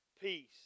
peace